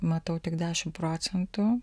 matau tik dešim procentų